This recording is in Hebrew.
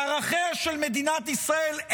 לערכיה של מדינת ישראל,